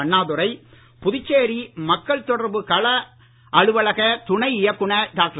அண்ணாதுரை புதுச்சேரி மக்கள் தொடர்பு கள அலுவலக துணை இயக்குனர் டாக்டர்